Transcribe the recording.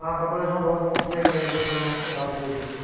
اَکھ رۄپَے ٲسۍ دِوان دۄہَس رۄپیہِ أکِس